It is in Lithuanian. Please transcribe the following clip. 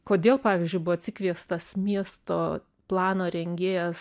kodėl pavyzdžiui buvo atsikviestas miesto plano rengėjas